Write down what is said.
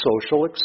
social